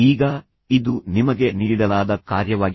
ಈಗ ಇದು ನಿಮಗೆ ನೀಡಲಾದ ಕಾರ್ಯವಾಗಿದೆ